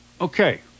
okay